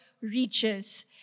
reaches